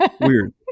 Weird